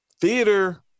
theater